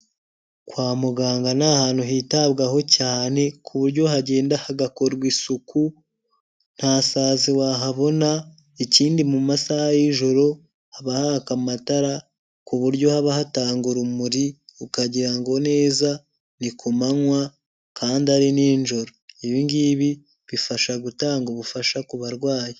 Kwa muganga ni ahantu hitabwaho cyane, ku buryo hagenda hagakorwa isuku, nta sazi wahabona ikindi mu masaha y'ijoro, haba hari amatara, ku buryo haba hatanga urumuri ukagira ngo neza ni ku manywa, kandi ari ninjoro. Ibi ngibi bifasha gutanga ubufasha ku barwayi.